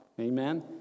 Amen